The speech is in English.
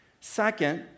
Second